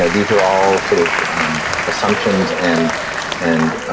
ah these are all sort of um assumptions and and